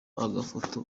agafoto